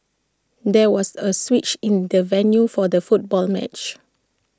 there was A switch in the venue for the football match